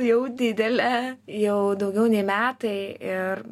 jau didelė jau daugiau nei metai ir